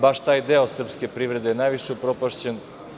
Baš taj deo srpske privrede je najviše upropašćen.